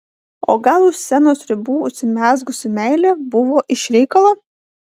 o gal už scenos ribų užsimezgusi meilė buvo iš reikalo